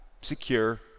secure